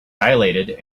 dilated